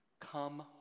Come